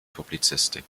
publizistik